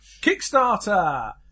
Kickstarter